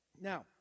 Now